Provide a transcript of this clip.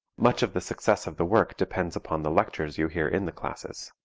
much of the success of the work depends upon the lectures you hear in the classes.